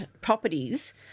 properties